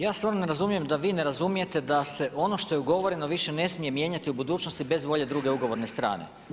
Ja stvarno ne razumijem da vi ne razumijete da se ono što je ugovoreno više ne smije mijenjati u budućnosti bez volje druge ugovorne strane.